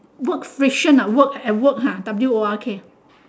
work fiction ah work at work ha W O R K